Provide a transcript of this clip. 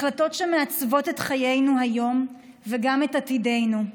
החלטות שמעצבות את חיינו היום וגם את עתידנו.